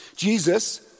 Jesus